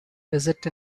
visit